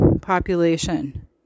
population